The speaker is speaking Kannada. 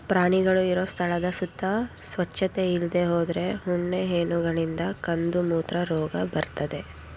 ಪ್ರಾಣಿಗಳು ಇರೋ ಸ್ಥಳದ ಸುತ್ತ ಸ್ವಚ್ಚತೆ ಇಲ್ದೇ ಹೋದ್ರೆ ಉಣ್ಣೆ ಹೇನುಗಳಿಂದ ಕಂದುಮೂತ್ರ ರೋಗ ಬರ್ತದೆ